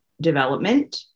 development